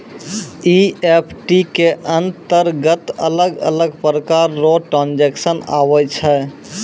EFT के अंतरगत अलग अलग प्रकार रो ट्रांजेक्शन आवै छै